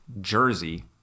jersey